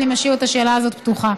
אני משאיר את השאלה הזאת פתוחה.